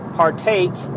partake